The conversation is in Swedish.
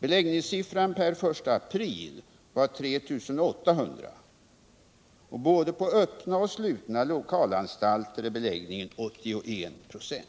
Beläggningssiffran den 1 april var 3 800 platser. Både på öppna och på slutna lokalanstalter är beläggningen 81 96.